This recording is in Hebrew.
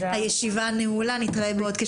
היום אנחנו נקיים דיון חשוב,